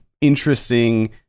interesting